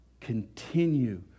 Continue